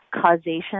causation